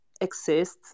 exists